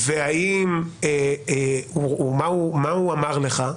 מה הוא אמר לך?